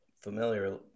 familiar